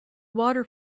water